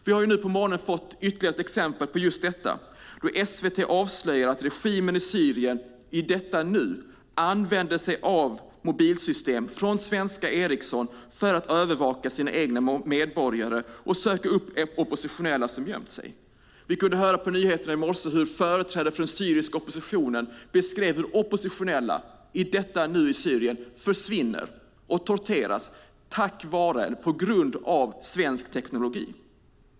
Vi har nu på morgonen fått ytterligare exempel på just detta, då SVT avslöjar att regimen i Syrien i detta nu använder sig av mobilsystem från svenska Ericsson för att övervaka sina egna medborgare och söka upp oppositionella som gömt sig. Vi kunde höra på nyheterna i morse hur företrädare för den syriska oppositionen beskrev hur oppositionella i Syrien i detta nu försvinner och torteras på grund av svensk teknologi.